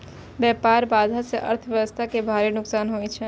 व्यापार बाधा सं अर्थव्यवस्था कें भारी नुकसान होइ छै